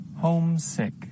Homesick